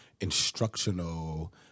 instructional